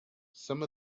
some